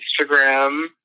Instagram